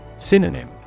Synonym